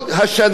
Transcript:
גם בחום,